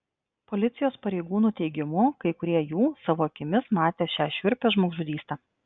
policijos pareigūnų teigimu kai kurie jų savo akimis matė šią šiurpią žmogžudystę